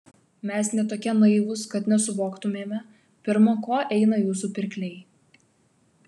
mes ne tokie naivūs kad nesuvoktumėme pirma ko eina jūsų pirkliai